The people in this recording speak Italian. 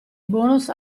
bonus